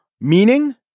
Meaning